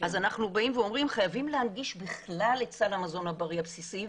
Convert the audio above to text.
אז אנחנו אומרים שחייבים להנגיש בכלל את סל המזון הבריא הבסיסי,